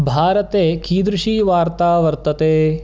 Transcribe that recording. भारते कीदृशी वार्ता वर्तते